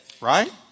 Right